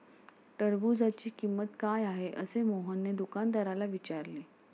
टरबूजाची किंमत काय आहे असे मोहनने दुकानदाराला विचारले?